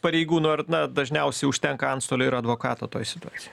pareigūnų ar na dažniausiai užtenka antstolio ir advokato toj situaci